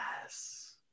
Yes